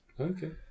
okay